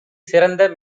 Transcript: சிறந்த